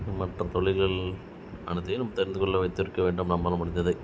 மற்ற தொழில்கள் அனைத்தையும் நம் தெரிந்து கொள்ள வைத்திருக்க நம்மால் முடிந்ததை